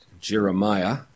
Jeremiah